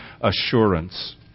assurance